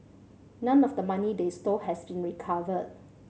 none of the money they stole has been recovered